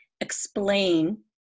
explain